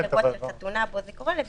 בין מי שמגיע לחתונה לבין